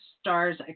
Stars